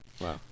Wow